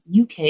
UK